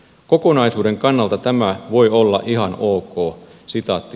kokonaisuuden kannalta tämä voi olla ihan ok